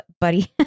buddy